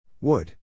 Wood